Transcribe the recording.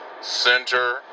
center